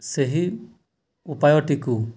ସେହି ଉପାୟଟିକୁ